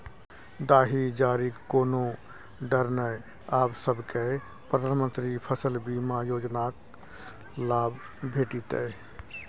दाही जारीक कोनो डर नै आब सभकै प्रधानमंत्री फसल बीमा योजनाक लाभ भेटितै